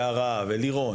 יערה ולירון,